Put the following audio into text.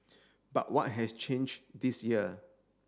but what has changed this year